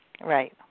Right